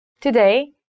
Today